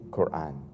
Quran